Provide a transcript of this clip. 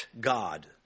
God